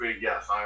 Yes